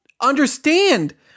understand